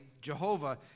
Jehovah